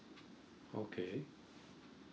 okay